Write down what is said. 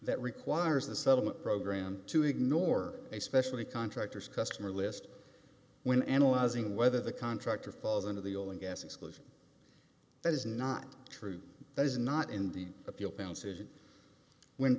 that requires the settlement program to ignore a specially contractors customer list when analyzing whether the contractor falls into the old and gas exclusion that is not true that is not in the